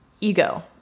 Ego